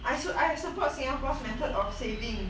I so I support singapore method of saving